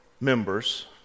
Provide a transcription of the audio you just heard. members